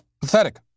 Pathetic